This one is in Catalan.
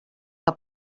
que